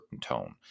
tone